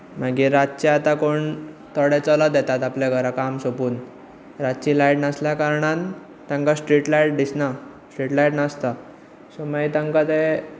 मागीर रातचें आतां कोण थोडे चलत येतात आपल्या घरांत काम सोंपोवन रातची लायट नासल्या कारणान तांकां स्ट्रीट लायट दिसना स्ट्रीट लायट नासता सो मागीर तांकां तें